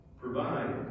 Provide